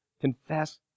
Confess